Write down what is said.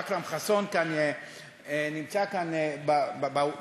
אכרם חסון נמצא כאן במליאה,